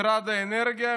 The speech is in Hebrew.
משרד האנרגיה,